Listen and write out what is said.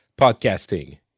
podcasting